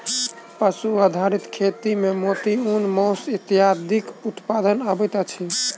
पशु आधारित खेती मे मोती, ऊन, मौस इत्यादिक उत्पादन अबैत अछि